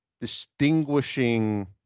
distinguishing